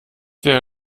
wäre